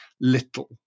little